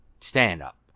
stand-up